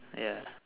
ya